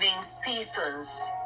seasons